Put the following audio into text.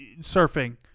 surfing